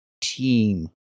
team